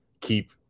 keep